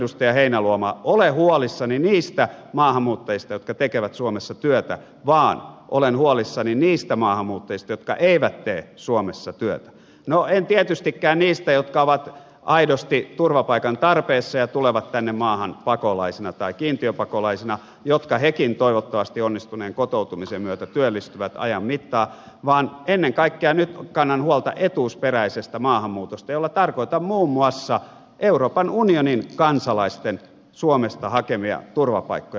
heinäluoma ole huolissani niistä maahanmuuttajista jotka tekevät suomessa työtä vaan olen huolissani niistä maahanmuuttajista jotka eivät tee suomessa työtä no en tietystikään niistä jotka ovat aidosti turvapaikan tarpeessa ja tulevat tänne maahan pakolaisina tai kiintiöpakolaisina jotka hekin toivottavasti onnistuneen kotoutumisen myötä työllistyvät ajan mittaan vaan ennen kaikkea nyt kannan huolta etuusperäisestä maahanmuutosta jolla tarkoitan muun muassa euroopan unionin kansalaisten suomesta hakemia turvapaikkoja